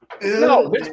No